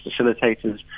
facilitators